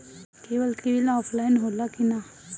Cable के bill offline होला कि ना?